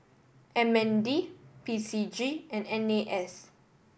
M N D P C G and N A S